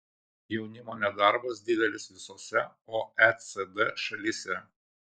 jaunimo nedarbas didelis visose oecd šalyse